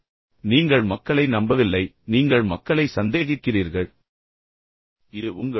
உங்களுக்கு நம்பிக்கை இல்லை நீங்கள் மக்களை நம்பவில்லை நீங்கள் மக்களின் மீது ஐயம் கொள்கிறீர்கள் நீங்கள் மக்களை சந்தேகிக்கிறீர்கள்